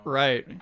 right